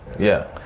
yeah.